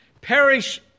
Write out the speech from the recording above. Perish